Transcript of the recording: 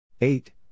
Eight